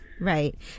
Right